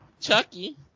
Chucky